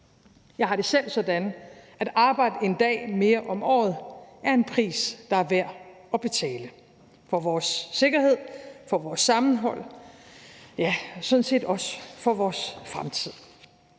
Jeg har det selv sådan, at arbejde en dag mere om året er en pris, der er værd at betale for vores sikkerhed, for vores sammenhold, og ja, sådan set også for vores fremtid.